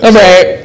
Okay